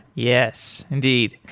yes. indeed.